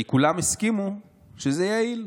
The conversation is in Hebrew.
כי כולם הסכימו שזה יעיל.